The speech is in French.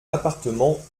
l’appartement